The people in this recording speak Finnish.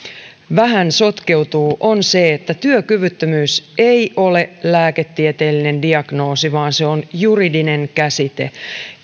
vähän sotkeutuu on se että työkyvyttömyys ei ole lääketieteellinen diagnoosi vaan se on juridinen käsite